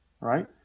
right